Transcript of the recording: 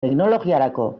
teknologiarako